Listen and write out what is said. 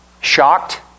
Shocked